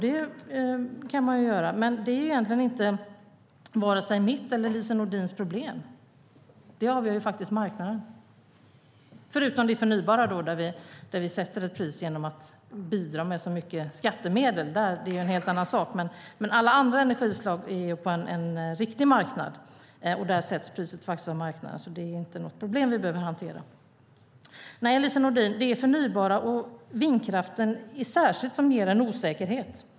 Det kan man göra, men det är egentligen inte vare sig mitt eller Lise Nordins problem. Det avgör faktiskt marknaden, förutom för det förnybara, som vi ju sätter ett pris på genom att bidra med skattemedel. Det är en helt annan sak. Men alla andra energislag finns på en riktig marknad, och där sätts priset av marknaden, så det är inte något problem vi behöver hantera. Nej, Lise Nordin, det är det förnybara och särskilt vindkraften som ger en osäkerhet.